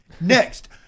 Next